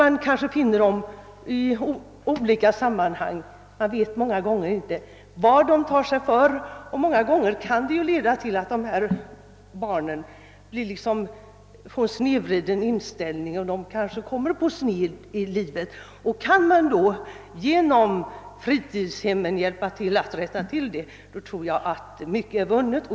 Man kan träffa på dem i skiftande sammanhang, och det är många gånger svårt att veta vad de tar sig för. Dessa barn kan ofta få en snedvriden inställning och råka ut för svårigheter i tillvaron. Om man genom fritidshemmen kan medverka till att dessa förhållanden rättas till är mycket vunnet.